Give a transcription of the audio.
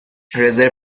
رزرو